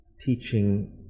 teaching